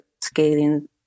scaling